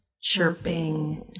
chirping